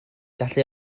gallu